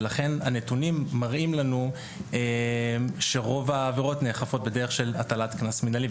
ולכן הנתונים מראים לנו שרוב העבירות נאכפות בדרך של הטלת קנס מנהלי,